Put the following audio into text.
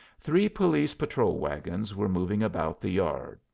three police patrol-wagons were moving about the yard,